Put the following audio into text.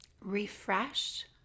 Refresh